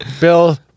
Bill